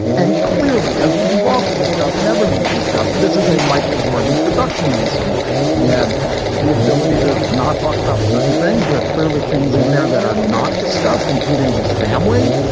and clearly, as we've also discussed and everyone has discussed, this is a michael jordan production in some way. he had the ability to not talk about certain things. there are clearly things in there that are not discussed, including his family.